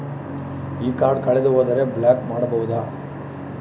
ಈ ಕಾರ್ಡ್ ಕಳೆದು ಹೋದರೆ ಬ್ಲಾಕ್ ಮಾಡಬಹುದು?